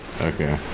Okay